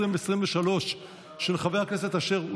התשפ"ג 2023,